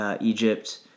Egypt